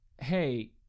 hey